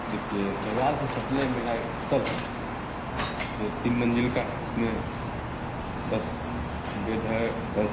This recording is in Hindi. देखिए बाजार से सटले मेरा एक होटल है जो तीन मंजिल का है उसमें दस बेड है दस